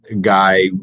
guy